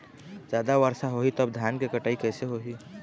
जादा वर्षा होही तब धान के कटाई कैसे होही?